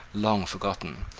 long forgotten,